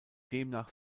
demnach